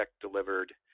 delivered